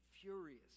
furious